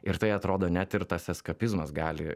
ir tai atrodo net ir tas eskapizmas gali